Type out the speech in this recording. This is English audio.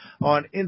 on